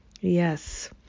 Yes